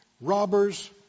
robbers